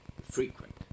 frequent